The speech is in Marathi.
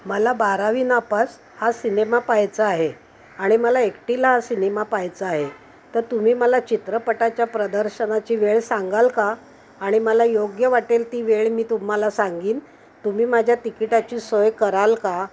मला बारावी नापास हा सिनेमा पाहायचा आहे आणि मला एकटीला हा सिनेमा पाहायचा आहे तर तुम्ही मला चित्रपटाच्या प्रदर्शनाची वेळ सांगाल का आणि मला योग्य वाटेल ती वेळ मी तुम्हाला सांगीन तुम्ही माझ्या तिकिटाची सोय कराल का